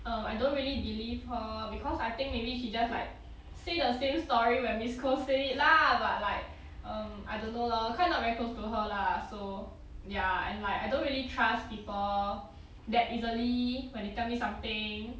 um I don't really believe her because I think maybe she just like say the same story when miss koh said it lah but like um I don't know lah cause not very close to her lah so ya and like I don't really trust people that easily when he tell me something